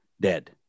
dead